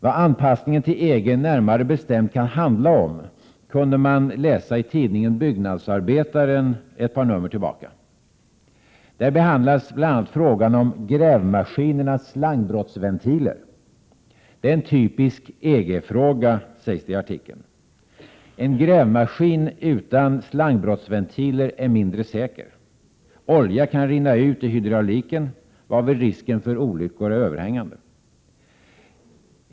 Vad anpassningen till EG närmare bestämt kan handla om kunde man läsa i Byggnadsarbetaren ett par nummer tillbaka. Där behandlas bl.a. frågan om Prot. 1987/88:114 grävmaskinernas slangbrottsventiler. Det är en typisk EG-fråga, sägs det i 4 maj 1988 artikeln. En grävmaskin utan slangbrottsventiler är mindre säker. Olja kan rinna ut ur hydrauliken, varvid risken för olyckor är uppenbar.